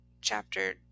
chapter